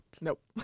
Nope